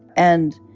and